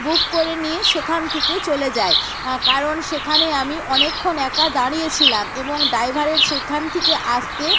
বুক করে নিয়ে সেখান থেকে চলে যাই কারণ সেখানে আমি অনেকক্ষণ একা দাঁড়িয়েছিলাম এবং ড্রাইভারের সেখান থেকে আসতে